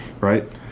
right